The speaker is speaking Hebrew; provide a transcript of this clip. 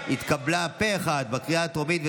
התקבלה בקריאה הטרומית פה אחד,